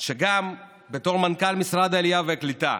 שגם בתור מנכ"ל משרד העלייה והקליטה,